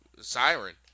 siren